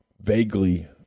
vaguely